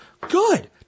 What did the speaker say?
Good